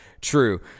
true